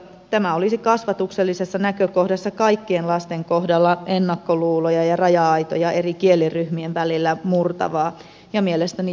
tämä olisi kasvatuksellisesta näkökohdasta kaikkien lasten kohdalla ennakkoluuloja ja raja aitoja eri kieliryhmien välillä murtavaa ja mielestäni tärkeää toimintaa